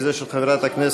כי זה של חברת הכנסת,